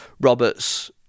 Roberts